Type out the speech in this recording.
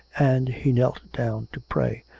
and he knelt down to pray,